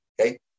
okay